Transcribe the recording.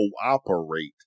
cooperate